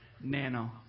Nano